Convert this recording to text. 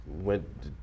went